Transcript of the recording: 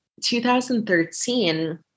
2013